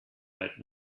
right